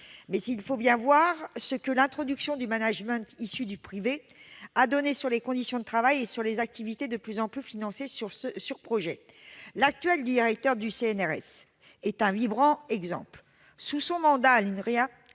mais il faut bien voir ce que l'introduction du management issu du privé a donné sur les conditions de travail et les activités de plus en plus financées sur projet. L'actuel directeur du Centre national de la recherche scientifique,